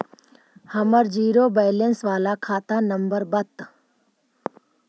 हमर zero balance बाला खाता नम्बर बत?